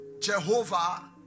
Jehovah